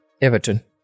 Everton